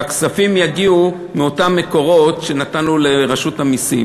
והכספים יגיעו מאותם מקורות שנתנו לרשות המסים